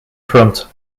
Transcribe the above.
front